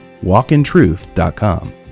walkintruth.com